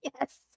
Yes